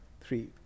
three